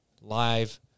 live